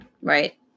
Right